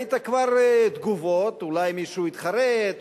ראית כבר תגובות: אולי מישהו התחרט,